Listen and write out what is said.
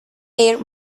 air